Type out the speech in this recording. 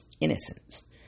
innocence